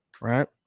right